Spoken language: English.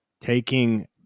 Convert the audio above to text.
taking